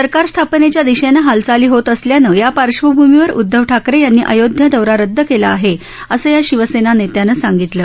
सरकार स्थापनेच्या दिशेनं हालचाली होत असल्यानं या पार्श्वभूमीवर उद्धव ठाकरे यांनी अयोध्या दौरा रद्द केला आहे असं या शिवसेना नेत्यानं सांगितलं